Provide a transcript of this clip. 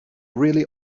really